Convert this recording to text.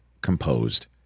composed